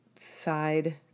Side